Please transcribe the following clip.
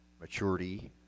maturity